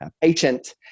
patient